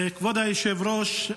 כבוד היושב-ראש,